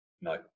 no